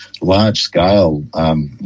large-scale